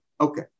Okay